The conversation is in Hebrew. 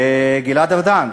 וגלעד ארדן,